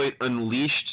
Unleashed